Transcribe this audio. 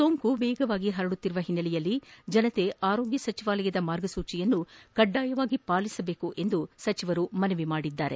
ಸೋಂಕು ವೇಗವಾಗಿ ಹರಡುತ್ತಿರುವ ಹಿನ್ನೆಲೆಯಲ್ಲಿ ಜನತೆ ಆರೋಗ್ಯ ಸಚಿವಾಲಯದ ಮಾರ್ಗಸೂಚಿಯನ್ನು ಕಡ್ಡಾಯವಾಗಿ ಪಾಲಿಸಬೇಕು ಎಂದು ಮನವಿ ಮಾಡಿದ್ದಾರೆ